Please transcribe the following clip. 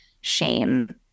shame